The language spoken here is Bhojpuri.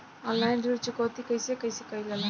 ऑनलाइन ऋण चुकौती कइसे कइसे कइल जाला?